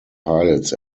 pilots